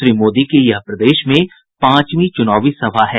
श्री मोदी की यह प्रदेश में पांचवीं सभा है